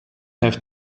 have